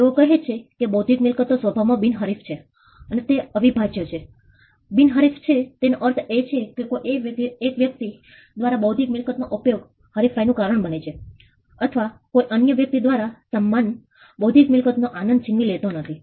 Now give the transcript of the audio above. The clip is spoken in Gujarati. તેઓ કહે છે કે બૌદ્ધિક મિલકતો સ્વભાવ માં બિનહરીફ છે અને તે અવિભાજ્ય છે બિનહરીફ છે તેનો અર્થ એ છે કે કોઈ 1 વ્યક્તિ દ્વારા બૌદ્ધિક મિલકત નો ઉપયોગ હરીફાઇ નું કારણ બને છે અથવા કોઈ અન્ય વ્યક્તિ દ્વારા સમાન બૌદ્ધિક મિલકતોનો આનંદ છીનવી લેતો નથી